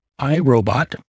iRobot